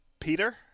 Peter